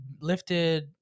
lifted